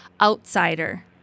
outsider